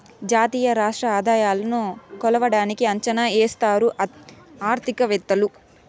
జాతీయ రాష్ట్ర ఆదాయాలను కొలవడానికి అంచనా ఎత్తారు ఆర్థికవేత్తలు